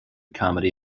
comedy